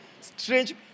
Strange